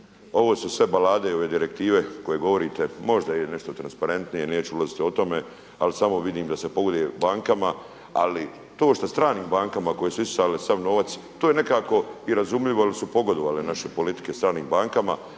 Ovo su sve balade i ove direktive koje govorite možda je nešto transparentnije, neću ulaziti o tome. Ali samo vidim da se pogoduje bankama. Ali to što stranim bankama koje su isisale sav novac to je nekako i razumljivo jer su pogodovale naše politike stranim bankama.